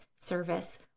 service